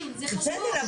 בסדר,